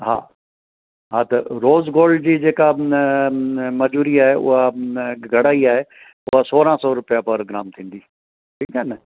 हा हा त रोज़ गोल्ड जी जेका न न मजूरी आहे उहा न घणा ई आहे उहे सोरहं सौ रुपया पर ग्राम थींदी ठीकु आहे न